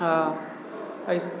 आओर अइ